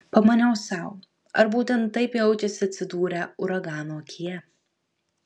pamaniau sau ar būtent taip jaučiasi atsidūrę uragano akyje